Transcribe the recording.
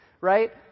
right